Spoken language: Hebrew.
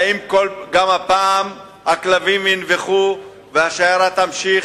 האם גם הפעם הכלבים ינבחו והשיירה תמשיך?